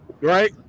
right